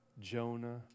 Jonah